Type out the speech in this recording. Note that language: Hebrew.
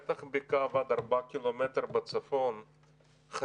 בטח בקו עד ארבעה קילומטר בצפון חייבים,